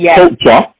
culture